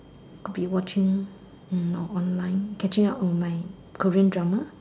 be watching online catching up online Korean drama